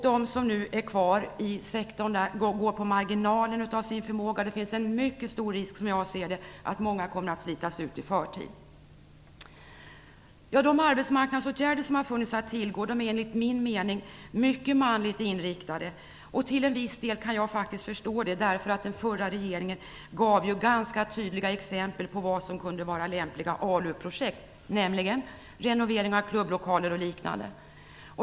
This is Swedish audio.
De som nu är kvar inom den offentliga sektorn går på marginalen av sin förmåga. Det finns som jag ser det en mycket stor risk att många kommer att slitas ut i förtid. De arbetsmarknadsåtgärder som har funnits att tillgå är enligt min mening mycket manligt inriktade. Till en viss del kan jag faktiskt förstå det, eftersom den förra regeringen gav ganska tydliga exempel på vad som kunde vara lämpliga ALU-projekt, nämligen renovering av klubblokaler och liknande.